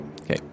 Okay